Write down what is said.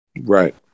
right